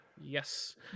Yes